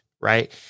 right